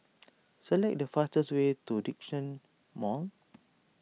select the fastest way to Djitsun Mall